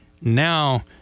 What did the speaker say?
Now